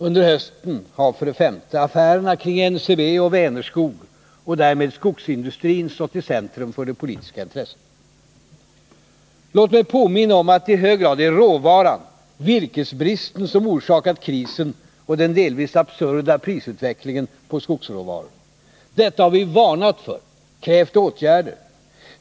Under hösten har, för det femte, affärerna kring NCB och Vänerskog och därmed skogsindustrin stått i centrum för det politiska intresset. Låt mig påminna om att det i hög grad är virkesbristen som orsakat krisen och den delvis absurda prisutvecklingen på skogsråvaror. Detta har vi varnat för, krävt åtgärder.